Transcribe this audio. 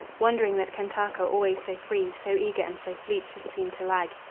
wondering that kantaka, always so free, so eager and so fleet, should seem to lag.